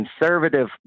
conservative